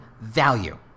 value